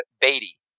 Beatty